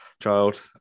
child